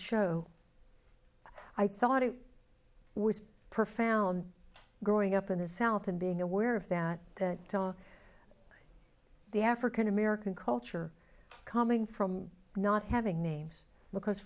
show i thought it was profound growing up in the south and being aware of that the toff the african american culture coming from not having names because